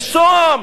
ושוהם,